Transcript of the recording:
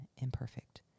imperfect